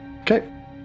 Okay